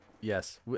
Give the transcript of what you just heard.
Yes